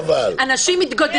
הממשלה,